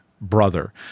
brother